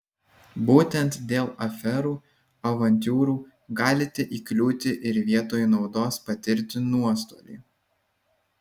būtent dėl aferų avantiūrų galite įkliūti ir vietoj naudos patirti nuostolį